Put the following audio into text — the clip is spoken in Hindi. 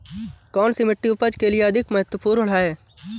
कौन सी मिट्टी उपज के लिए अधिक महत्वपूर्ण है?